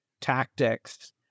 tactics